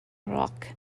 rock